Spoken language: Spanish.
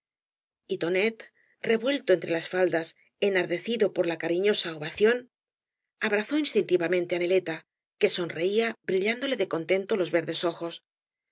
y tonet revuelto entre las faldas enardecido por la cariñosa ovación abrazó instintivamente á neleta que sonreía bríuáüdole de contento loa verdes ojos el